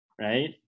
right